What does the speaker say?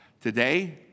Today